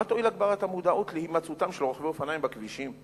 מה תועיל הגברת המודעות להימצאותם של רוכבי אופניים בכבישים?